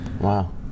Wow